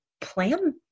plan